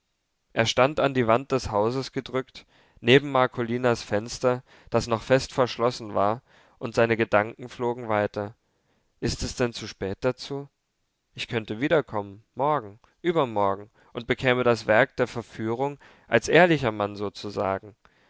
er stand an die wand des hauses gedrückt neben marcolinens fenster das noch fest verschlossen war und seine gedanken flogen weiter ist es denn zu spät dazu ich könnte wiederkommen morgen übermorgen und begänne das werk der verführung als ehrlicher mann sozusagen